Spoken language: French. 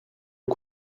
aux